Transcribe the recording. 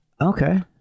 okay